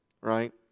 right